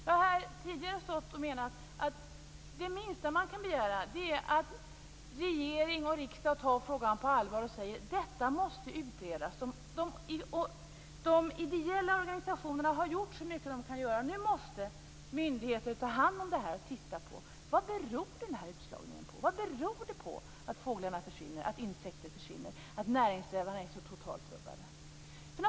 Jag har tidigare menat att det minsta man kan begära är att regering och riksdag tar frågan på allvar och säger att detta måste utredas. De ideella organisationerna har gjort så mycket de kan göra. Nu måste myndigheter ta hand om detta. Vad beror utslagningen på, att fåglar och insekter försvinner, att näringsvägarna är så totalt rubbade?